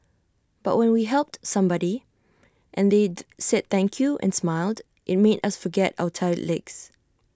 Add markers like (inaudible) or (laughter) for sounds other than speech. but when we helped somebody and they (unintelligible) said thank you and smiled IT made us forget our tired legs